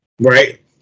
right